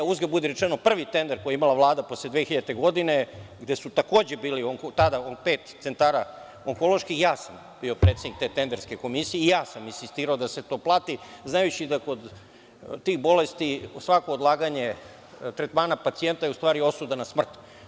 Uzgred budi rečeno prvi tender koji je imala Vlada posle 2000. godine gde je takođe bilo, pet centara onkoloških, ja sam bio predsednik te tenderske komisije i ja sam insistirao da se to plati, znajući da kod tih bolesti svako odlaganje tretmana pacijenta je u stvari osuda na smrt.